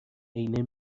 عینه